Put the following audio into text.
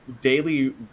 daily